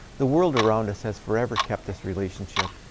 the world around us has forever kept this relationship.